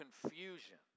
confusion